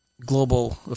global